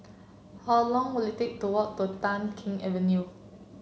how long will it take to walk to Tai Keng Avenue